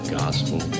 gospel